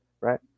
right